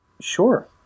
Sure